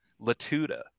Latuda